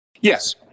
Yes